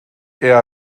eher